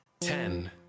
Ten